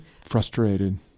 Frustrated